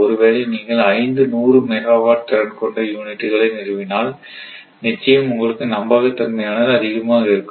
ஒருவேளை நீங்கள் ஐந்து 100 மெகாவாட் திறன் கொண்ட யூனிட்டுகளை நிறுவினால் நிச்சயம் உங்களுக்கு நம்பகத் தன்மையானது அதிகமாக இருக்கும்